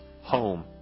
home